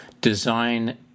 design